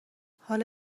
حالا